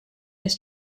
this